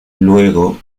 luego